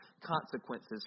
consequences